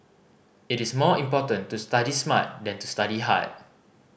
it is more important to study smart than to study hard